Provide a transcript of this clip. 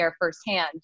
firsthand